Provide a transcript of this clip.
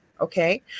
okay